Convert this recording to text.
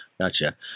Gotcha